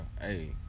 Hey